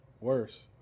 Worse